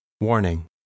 Warning